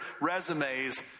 resumes